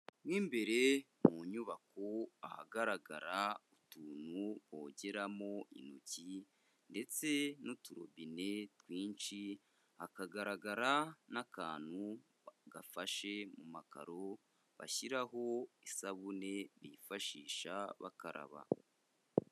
Mo imbere mu nyubako ahagaragara utuntu bogeramo intoki ndetse n'uturobine twinshi, hakagaragara n'akantu gafashe mu makaro, bashyiraho isabune bifashisha bakaraba.